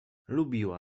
lubiła